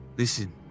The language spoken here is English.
Listen